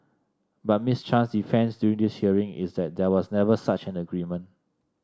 but Miss Chan's defence during this hearing is that there was never such an agreement